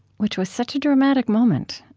which was such a dramatic moment,